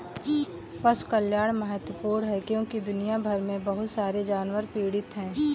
पशु कल्याण महत्वपूर्ण है क्योंकि दुनिया भर में बहुत सारे जानवर पीड़ित हैं